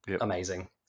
Amazing